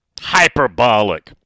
hyperbolic